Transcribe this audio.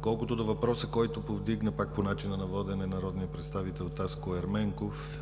Колкото до въпроса, който повдигна пак по начина на водене народният представител Таско Ерменков,